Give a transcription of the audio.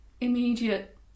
immediate